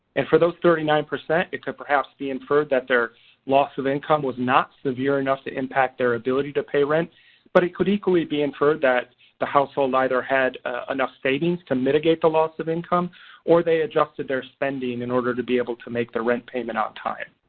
and for those thirty nine percent it could perhaps be inferred that their loss of income was not severe enough to impact their ability to pay rent but it could equally be inferred that the household either had ah enough savings to mitigate the loss of income or they adjusted their spending in order to be able to make their rent payment on time.